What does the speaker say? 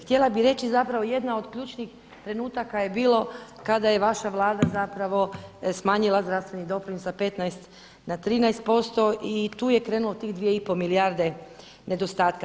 Htjela bih reći zapravo, jedna od ključnih trenutaka je bilo kada je vaša Vlada zapravo smanjila zdravstveni doprinos sa 15 na 13% i tu je krenulo tih 2 i pol milijarde nedostatka.